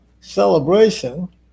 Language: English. Celebration